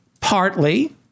partly